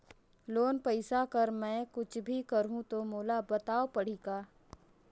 Loan पइसा कर मै कुछ भी करहु तो मोला बताव पड़ही का?